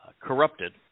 corrupted